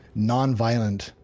non-violent,